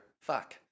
Fuck